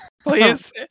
Please